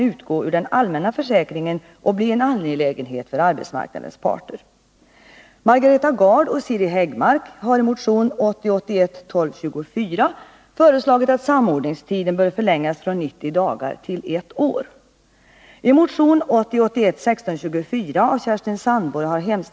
Utredningen kan ske på det sätt som regeringen finner lämpligt.